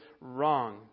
wrong